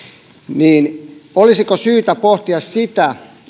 niin olisiko syytä pohtia sitä